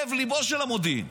לב-ליבו של המודיעין.